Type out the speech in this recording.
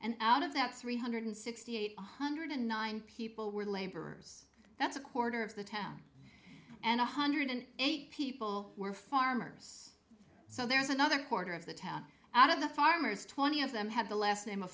and out of that three hundred sixty eight one hundred nine people were laborers that's a quarter of the town and one hundred eight people were farmers so there's another quarter of the town out of the farmers twenty of them have the last name